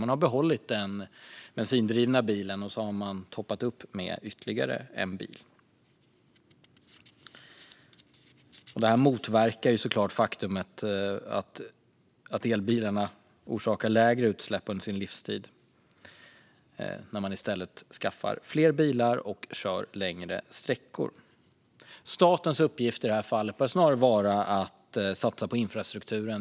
Man har behållit den bensindrivna bilen och lagt sig till med ytterligare en bil. Det motverkar såklart det faktum att elbilarna orsakar lägre utsläpp under sin livstid om man i stället skaffar fler bilar och kör längre sträckor. Statens uppgift i det här fallet bör snarare vara att satsa på infrastrukturen.